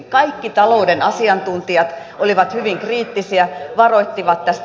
kaikki talouden asiantuntijat olivat kriittisiä varoittivat tästä